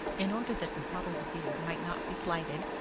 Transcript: in order that the bottled beer might not be slighted,